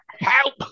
Help